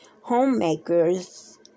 homemakers